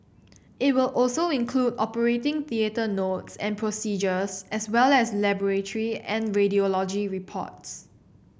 it will also include operating theatre notes and procedures as well as laboratory and radiology reports